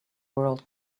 world